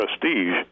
prestige